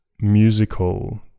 musical